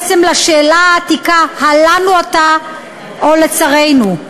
והוא בעצם המענה לשאלה העתיקה: הלנו אתה או לצרינו?